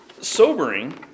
sobering